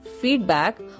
feedback